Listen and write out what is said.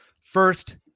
First